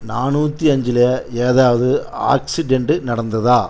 நானூற்றி அஞ்சில் ஏதாவது ஆக்சிடெண்ட்டு நடந்துதா